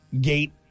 gate